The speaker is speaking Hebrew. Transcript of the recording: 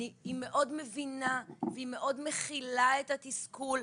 היא מאוד מבינה ומאוד מכילה את התסכול,